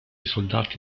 soldati